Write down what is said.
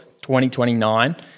2029